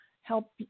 help